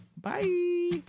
bye